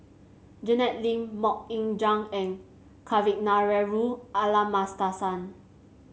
Janet Lim MoK Ying Jang and Kavignareru Amallathasan